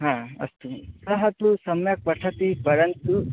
हा अस्तु सः तु सम्यक् पठति परन्तु